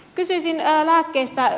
kysyisin lääkkeistä